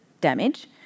damage